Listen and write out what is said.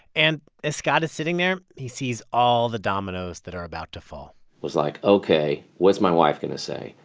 and as scott is sitting there, he sees all the dominoes that are about to fall i was like, ok. what's my wife going to say?